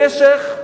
במשך,